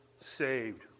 saved